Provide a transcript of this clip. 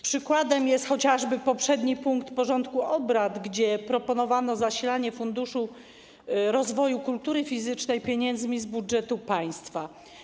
Przykładem jest chociażby poprzedni punkt porządku obrad, w którym proponowano zasilanie Funduszu Rozwoju Kultury Fizycznej pieniędzmi z budżetu państwa.